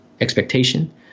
expectation